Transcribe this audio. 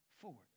forward